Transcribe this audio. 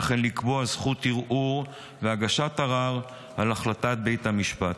וכן לקבוע זכות ערעור והגשת ערר על החלטת בית המשפט.